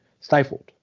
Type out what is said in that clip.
stifled